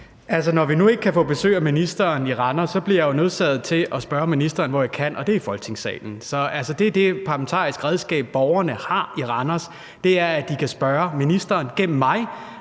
når vi nu ikke kan få besøg af ministeren i Randers, er jeg jo nødsaget til at spørge ministeren der, hvor jeg kan, og det er i Folketingssalen. Det er det parlamentariske redskab, borgerne i Randers har, nemlig at de gennem mig